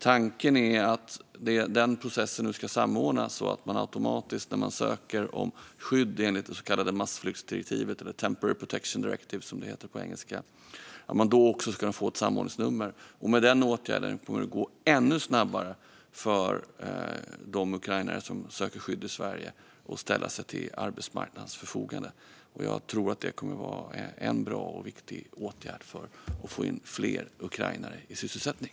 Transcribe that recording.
Tanken är att den processen nu ska samordnas så att man när man ansöker om skydd enligt det så kallade massflyktsdirektivet, eller temporary protection directive som det heter på engelska, automatiskt ska få ett samordningsnummer. Med den åtgärden kommer det att gå ännu snabbare för de ukrainare som söker skydd i Sverige att ställa sig till arbetsmarknadens förfogande. Jag tror att det kommer att vara en bra och viktig åtgärd för att få in fler ukrainare i sysselsättning.